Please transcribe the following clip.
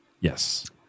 Yes